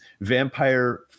Vampire